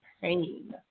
pain